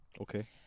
okay